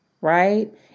right